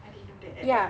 I didn't know that at all